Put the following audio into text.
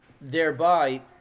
thereby